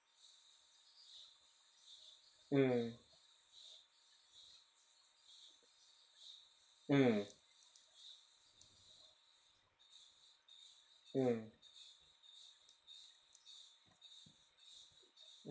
mm mm mm